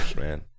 man